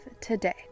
today